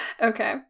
okay